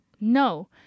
no